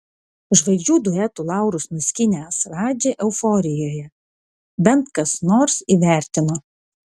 žvaigždžių duetų laurus nuskynęs radži euforijoje bent kas nors įvertino